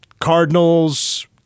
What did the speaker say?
Cardinals